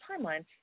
timeline